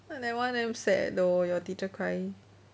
that one damn sad though your teacher cry